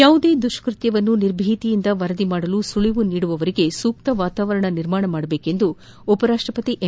ಯಾವುದೇ ದುಷ್ಟತ್ಯವನ್ನು ನಿರ್ಭೀತಿಯಿಂದ ವರದಿ ಮಾಡಲು ಸುಳಿವು ನೀಡುವವರಿಗೆ ಸೂಕ್ತ ವಾತಾವರಣ ನಿರ್ಮಿಸುವಂತೆ ಉಪರಾಷ್ಟಪತಿ ಎಂ